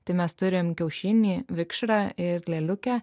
tai mes turim kiaušinį vikšrą ir lėliukę